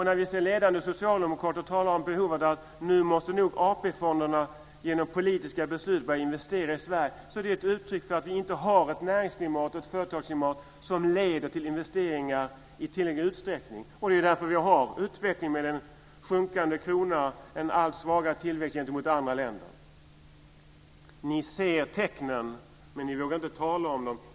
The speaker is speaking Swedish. När vi hör ledande socialdemokrater tala om att AP-fonderna genom politiska beslut måste börja investera i Sverige är det ett uttryck för att vi inte har ett näringsklimat och ett företagsklimat som leder till investeringar i tillräcklig utsträckning. Det är därför vi också har en utveckling med en sjunkande krona och en allt svagare tillväxt gentemot andra länder. Ni ser tecknen, men ni vågar inte tala om dem.